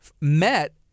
met